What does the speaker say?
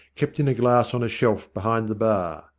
kept in a glass on a shelf behind the bar.